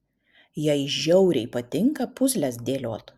jai žiauriai patinka puzles dėliot